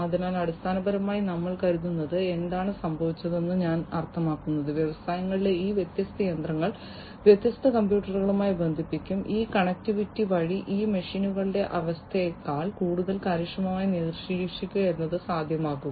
അതിനാൽ അടിസ്ഥാനപരമായി നമ്മൾ കരുതുന്നത് എന്താണ് സംഭവിച്ചതെന്ന് ഞാൻ അർത്ഥമാക്കുന്നത് വ്യവസായങ്ങളിലെ ഈ വ്യത്യസ്ത യന്ത്രങ്ങൾ വ്യത്യസ്ത കമ്പ്യൂട്ടറുകളുമായി ബന്ധിപ്പിക്കും ഈ കണക്റ്റിവിറ്റി വഴി ഈ മെഷീനുകളുടെ അവസ്ഥയെക്കാൾ കൂടുതൽ കാര്യക്ഷമമായി നിരീക്ഷിക്കുക എന്നതാണ് സാധ്യമാകുക